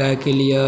गायके लिए